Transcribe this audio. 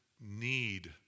need